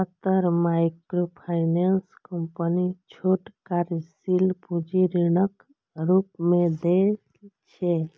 जादेतर microfinance company छोट कार्यशील पूंजी ऋणक रूप मे दै छै